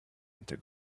into